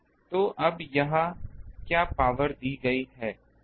तो अब यहाँ क्या पावर दी गई है